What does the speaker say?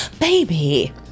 Baby